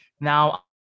now